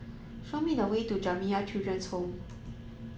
show me the way to Jamiyah Children's Home